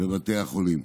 בבתי החולים.